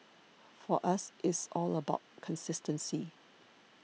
for us it's all about consistency